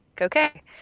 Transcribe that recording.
okay